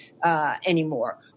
Anymore